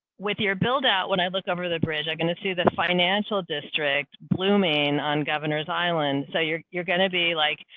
with your build out when i look over the bridge, i'm going to see the financial district blooming on governor's island. so you're going to be like,